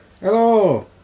Hello